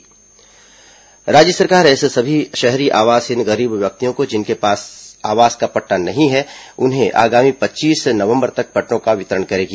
शहरी आवासहीन राज्य सरकार ऐसे सभी शहरी आवासहीन गरीब व्यक्तियों को जिनके पास आवास का स्थायी पट्टा नहीं है उन्हें आगामी पच्चीस नवंबर तक पट्टों का वितरण करेगी